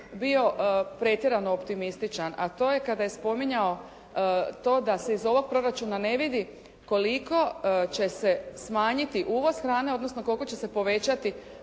bio pretjerano optimističan, a to je kada je spominjao to da se iz ovog proračuna ne vidi koliko će se smanjiti uvoz hrane, odnosno koliko će se povećati